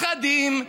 משחדים.